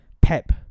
Pep